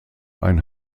ein